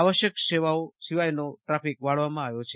આવશ્યક સેવાઓ સિવાયનો ટ્રાફિક વાળવામાં આવ્યો છે